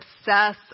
obsess